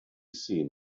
seen